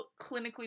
clinically